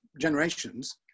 generations